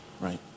right